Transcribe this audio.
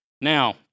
Now